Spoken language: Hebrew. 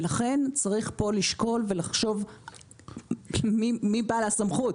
לכן, צריך לשקול ולחשוב מיהו בעל הסמכות.